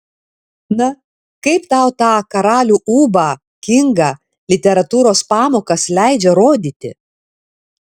na kaip tau tą karalių ūbą kingą literatūros pamokas leidžia rodyti